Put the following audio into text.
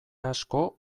asko